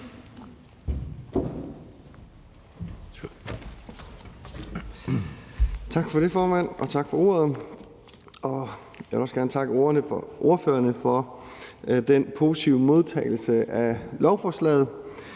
Tak for ordet, formand. Jeg vil også gerne takke ordførerne for den positive modtagelse af lovforslaget.